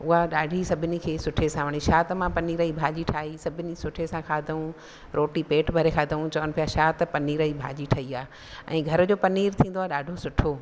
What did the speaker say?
उहा ॾाढी साभिनी खे सुठे सां वणी छा त मां पनीर जी भाॼी ठाही सभिनी सुठे सां खाधाऊं रोटी पेटु भरे खाधाऊं चवनि पिया छा त पनीर जी भाॼी ठही आहे ऐं घर जो पनीर थींदो आहे ॾाढो सुठो